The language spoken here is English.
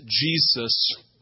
Jesus